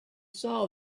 saw